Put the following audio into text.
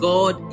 God